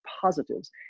positives